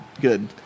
Good